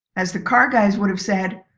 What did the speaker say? as the car guys would have said,